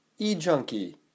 eJunkie